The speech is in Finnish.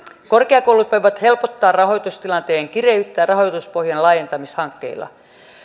korkeakoulut voivat helpottaa rahoitustilanteen kireyttä rahoituspohjan laajentamishankkeilla